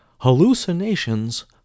Hallucinations